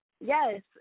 Yes